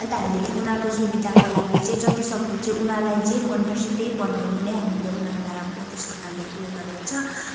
अन्त हामीले उनीहरूको सुविधाको लागि चाहिँ जतिसक्दो चाहिँ उनीहरूलाई जे मन पर्छ त्यही बनाउँनु नै हामीले उनीहरूलाई अब त्यस्तो खाले उयो गरेको छ